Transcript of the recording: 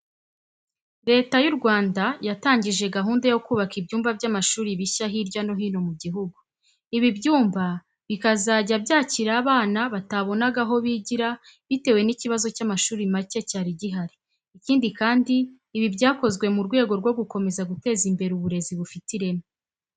Leta y'u Rwanda yatangije gahunda yo kubaka ibyumba by'amashuri bishya hirya no hino mu gihugu. Ibi byumba bikazajya byakira abana batabonaga aho bigira bitewe n'ikibazo cy'amashuri make cyari gihari. Ikindi kandi, ibi byakozwe mu rwego rwo gukomeza guteza imbere uburezi bufite ireme.